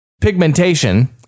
pigmentation